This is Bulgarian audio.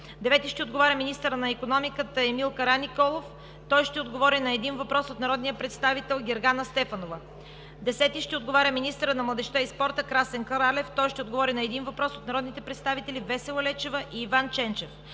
Свиленски. 9. Министърът на икономиката Емил Караниколов ще отговори на един въпрос от народния представител Гергана Стефанова. 10. Министърът на младежта и спорта Красен Кралев ще отговори на един въпрос от народните представители Весела Лечева и Иван Ченчев.